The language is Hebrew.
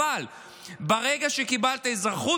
אבל ברגע שקיבלת אזרחות,